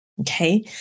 Okay